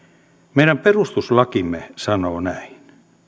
meidän perustuslakimme sanoo näin